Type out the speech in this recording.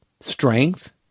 strength